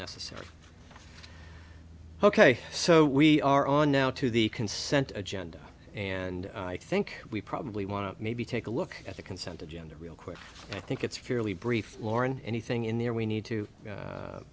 necessary ok so we are on now to the consent agenda and i think we probably want to maybe take a look at the consent agenda real quick i think it's fairly brief lauren anything in there we need to